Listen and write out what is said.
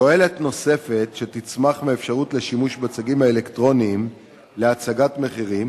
תועלת נוספת שתצמח מהאפשרות לשימוש בצגים האלקטרוניים להצגת מחירים